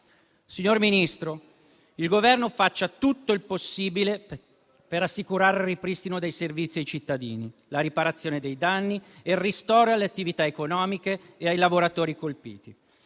Signor Ministro, il Governo faccia tutto il possibile per assicurare il ripristino dei servizi ai cittadini, la riparazione dei danni e il ristoro alle attività economiche e ai lavoratori colpiti.